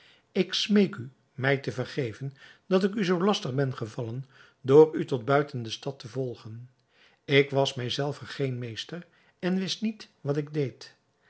ik smeek u mij te vergeven dat ik u zoo lastig ben gevallen door u tot buiten de stad te volgen ik was mij zelven geen meester en wist niet wat ik deed